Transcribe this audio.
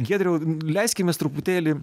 giedriau leiskimės truputėlį